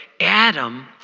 Adam